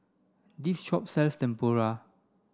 this shop sells Tempura